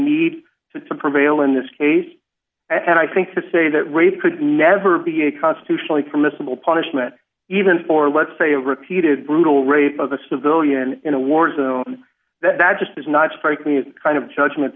need to prevail in this case and i think to say that rape could never be a constitutionally permissible punishment even for let's say a repeated brutal rape of a civilian in a war zone that that just does not strike me as a kind of judgment